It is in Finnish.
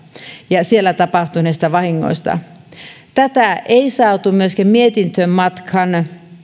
ja siellä tapahtuneista vahingoista tätä ei saatu myöskään mietintöön matkaan